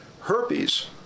herpes